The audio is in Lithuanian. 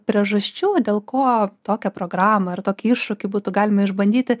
priežasčių dėl ko tokią programą ir tokį iššūkį būtų galima išbandyti